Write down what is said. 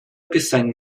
пісень